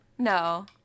No